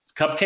Cupcake